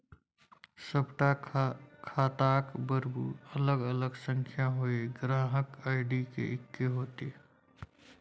सभटा खाताक बरू अलग अलग संख्या होए ग्राहक आई.डी एक्के हेतै